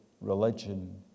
religion